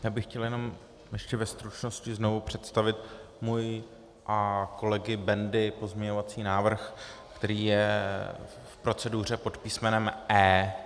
Jenom bych chtěl ještě ve stručnosti znovu představit svůj a kolegy Bendy pozměňovací návrh, který je v proceduře pod písmenem E.